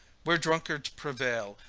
where drunkards prevail,